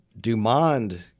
Dumond